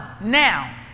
now